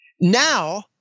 Now